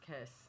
Kiss